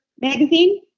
magazine